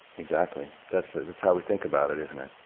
exactly. that's ah that's how we think about it, isn't it.